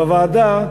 בוועדה,